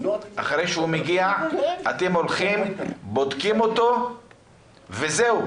אחרי שהוא מגיע אתם בודקים אותו וזהו?